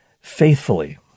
Faithfully